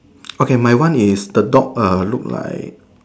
okay my one is the dog err look like